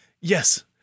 yes